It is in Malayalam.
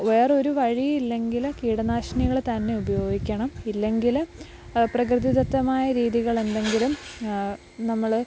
വേറൊരു വഴിയും ഇല്ലെങ്കിലും കീടനാശിനികള് തന്നെ ഉപയോഗിക്കണം ഇല്ലെങ്കില് പ്രകൃതി ദത്തമായ രീതികളെന്തെങ്കിലും നമ്മള്